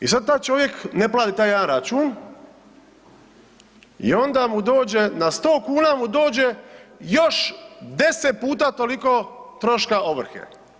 I sad taj čovjek ne plati taj jedan račun i onda mu dođe, na 100 kuna mu dođe još 10 puta toliko troška ovrhe.